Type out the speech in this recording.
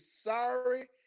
sorry